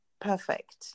perfect